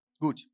Good